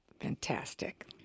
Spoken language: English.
Fantastic